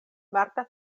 marta